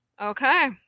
Okay